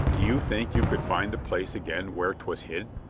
do you think you could find the place again where twas hid?